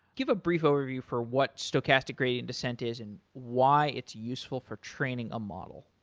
give a brief overview for what stochastic gradient descent is and why it's useful for training a model.